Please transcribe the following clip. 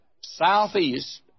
southeast